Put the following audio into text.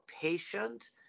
patient